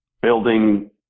building